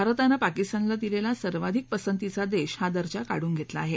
भारतानं पाकिस्तानला दिलेला सर्वाधिक पसंतीचा देश हा दर्जा काढून धेतला आहे